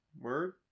word